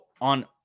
on